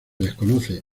desconoce